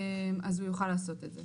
אז הוא יוכל לעשות את זה